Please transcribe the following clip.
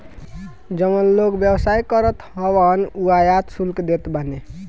जवन लोग व्यवसाय करत हवन उ आयात शुल्क देत बाने